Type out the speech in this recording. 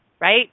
right